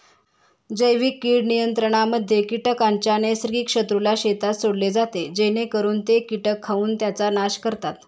जैविक कीड नियंत्रणामध्ये कीटकांच्या नैसर्गिक शत्रूला शेतात सोडले जाते जेणेकरून ते कीटक खाऊन त्यांचा नाश करतात